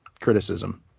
criticism